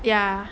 ya